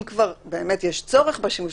אם כבר באמת יש צורך בשימוש,